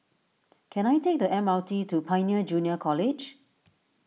can I take the M R T to Pioneer Junior College